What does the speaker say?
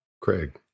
Craig